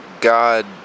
God